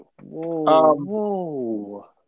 Whoa